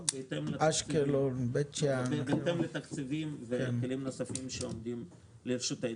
מקומיות בהתאם לתקציבים וכלים נוספים שעומדים לרשותנו.